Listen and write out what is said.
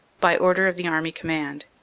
by order of the army command.